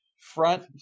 front